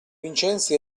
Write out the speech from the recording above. vincenzi